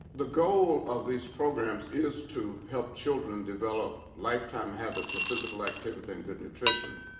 the goal of these programs is to help children develop lifetime habits of physical activity and good nutrition.